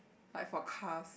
like for cars